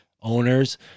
owners